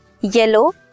yellow